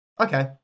Okay